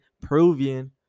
Peruvian